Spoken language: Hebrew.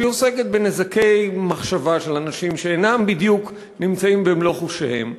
שעוסקת בנזקי מחשבה של אנשים שאינם נמצאים בדיוק במלוא חושיהם.